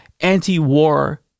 anti-war